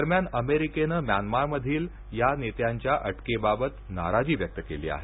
दरम्यान अमेरिकेनं म्यानमारमधील या नेत्यांच्या अटकेबाबत नाराजी व्यक्त केली आहे